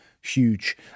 huge